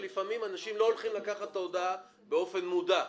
שלפעמים אנשים לא הולכים לקחת את ההודעה באופן מודע.